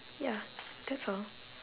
ya that's all